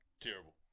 terrible